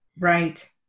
right